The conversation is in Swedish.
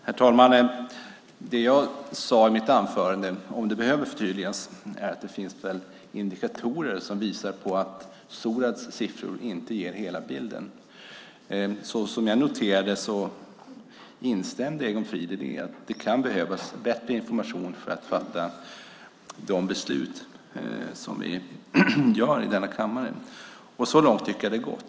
Herr talman! Det jag sade i mitt anförande, om det behöver förtydligas, var att det finns indikatorer som visar på att Sorads siffror inte ger hela bilden. Som jag noterade det instämde Egon Frid i att det kan behövas bättre information för att fatta de beslut som vi gör i denna kammare. Så långt tycker jag att det är gott.